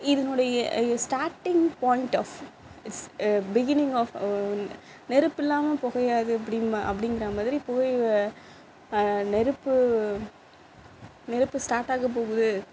இதனுடைய starting point of it's beginning of நெருப்பு இல்லாமல் புகையாது அப்படிங் அப்படிங்குற மாதிரி புகை நெருப்பு நெருப்பு ஸ்டார்ட்டாகாக போகுது